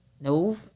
No